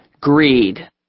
greed